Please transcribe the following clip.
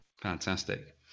Fantastic